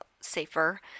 safer